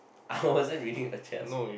I wasn't reading a chat also